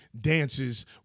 dances